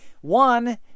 one